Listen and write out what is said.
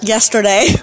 Yesterday